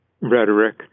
rhetoric